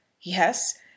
Yes